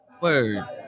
Word